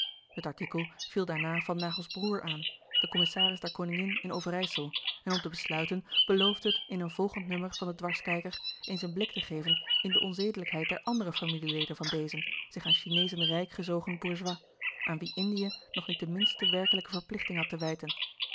het artikel viel daarna van naghels broêr aan de commissaris der koningin in overijssel en om te besluiten beloofde het in een volgend nummer van den dwarskijker eens een blik te geven in de onzedelijkheid der andere familieleden van dezen zich aan chineezen rijk gezogen bourgeois aan wien indië nog niet de minste werkelijke verplichting had te wijten